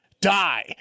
die